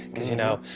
cause, you know,